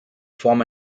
form